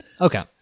Okay